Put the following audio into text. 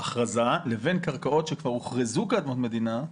והכרזה, לבין קרקעות שכבר הוכרזו כאדמות מדינה.